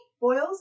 boils